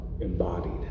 embodied